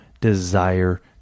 desire